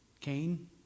Cain